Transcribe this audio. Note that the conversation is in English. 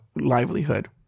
livelihood